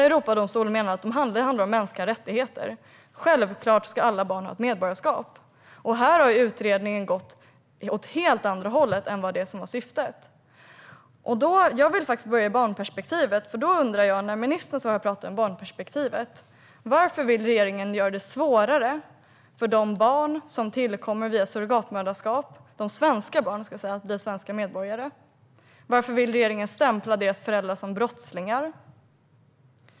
Europadomstolen menar att det handlar om mänskliga rättigheter - självklart ska alla barn ha ett medborgarskap. Här har utredningen gått åt ett helt annat håll än vad som var syftet. Jag vill ta barnperspektivet som utgångspunkt. Ministern står här och talar om barnperspektivet, men varför vill regeringen göra det svårare för de svenska barn som tillkommer via surrogatmoderskap att bli svenska medborgare? Varför vill regeringen stämpla deras föräldrar som brottslingar?